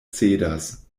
cedas